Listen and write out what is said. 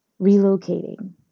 relocating